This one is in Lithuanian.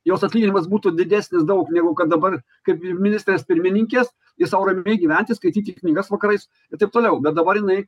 jos atlyginimas būtų didesnis daug negu kad dabar kaip mi ministrės pirmininkės ir sau ramiai gyventi skaityti knygas vakarais ir taip toliau bet dabar jinai